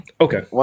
Okay